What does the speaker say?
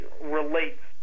relates